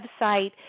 website